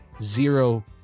zero